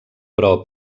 però